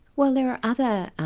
well there are other